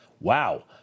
Wow